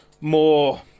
more